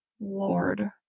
Lord